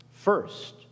First